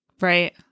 Right